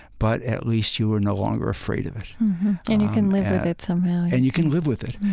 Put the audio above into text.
but at least you are no longer afraid of it and you can live with it somehow and you can live with it.